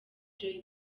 jay